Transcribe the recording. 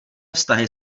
vztahy